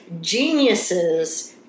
geniuses